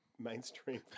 mainstream